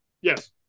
Yes